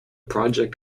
project